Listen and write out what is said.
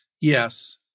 Yes